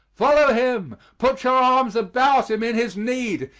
follow him! put your arms about him in his need,